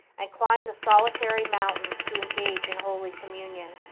and climbed the solitary mountains to engage in holy communion.